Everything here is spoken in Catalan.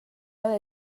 haver